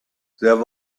there